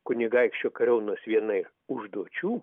kunigaikščio kariaunos viena užduočių